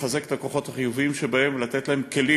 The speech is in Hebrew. לחזק את הכוחות החיוביים שבהם ולתת להם כלים